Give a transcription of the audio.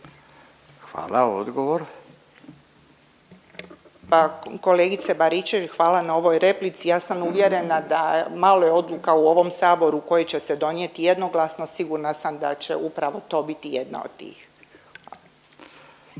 Branka (HDZ)** Kolegice Baričević, hvala na ovoj replici. Ja sam uvjerena da malo je odluka u ovom sabora koje će se donijeti jednoglasno, sigurna sam da će upravo to biti jedna od tih.